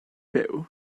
byw